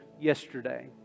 yesterday